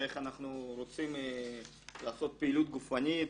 איך אנחנו רוצים לעשות פעילות גופנית,